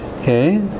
okay